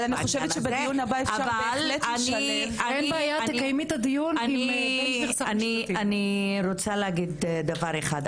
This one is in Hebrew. אבל אני רוצה להגיד דבר אחד,